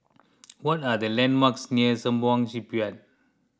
what are the landmarks near Sembawang Shipyard